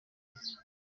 rye